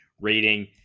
rating